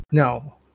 Now